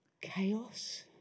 chaos